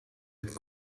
êtes